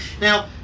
Now